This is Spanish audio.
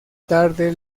tarde